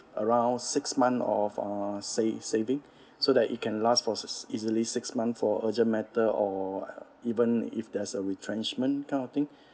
around six months of uh sa~ saving so that it can last for easily six month for urgent matter or even if there's a retrenchment kind of thing